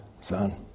son